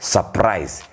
Surprise